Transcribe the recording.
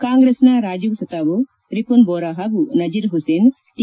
ಕಾಂಗ್ರೆಸ್ನ ರಾಜೀವ್ ಸತಾವೊ ರಿಪುನ್ ಬೋರಾ ಹಾಗೂ ನಜೀರ್ ಹುಸೇನ್ ಟಿ